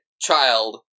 child